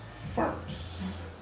first